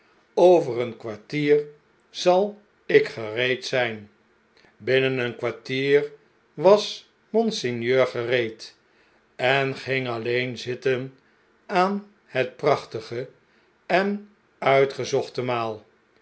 over een kwartier zal ik gereed zijn binnen een kwartier was monseigneur gereed en ging alleen zitten aan het prachtige en uitgezochte maal